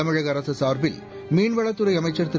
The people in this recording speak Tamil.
தமிழக அரசு சார்பில் மீன்வளத்துறை அமைச்சர் திரு